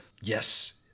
Yes